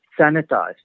sanitized